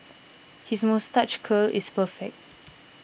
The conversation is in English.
his moustache curl is perfect